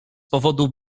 powodu